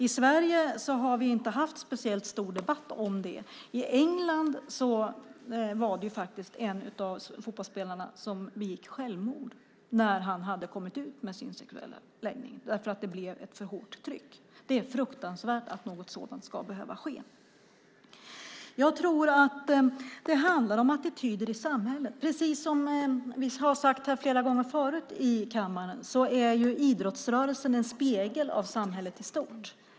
I Sverige har vi inte haft speciellt stor debatt om detta. I England var det faktiskt en fotbollsspelare som begick självmord när han hade kommit ut med sin sexuella läggning, därför att det blev ett för hårt tryck. Det är fruktansvärt att något sådant ska behöva ske. Jag tror att det handlar om attityder i samhället. Precis som vi har sagt flera gånger förut här i kammaren är idrottsrörelsen en spegel av samhället i stort.